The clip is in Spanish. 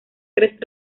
tres